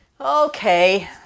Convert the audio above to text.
okay